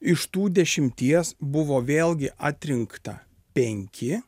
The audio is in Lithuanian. iš tų dešimties buvo vėlgi atrinkta penki